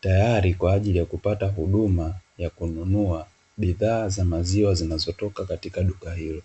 tayari kwa ajili ya kupata huduma ya kununua bidhaa za maziwa zinazotoka katika duka hilo.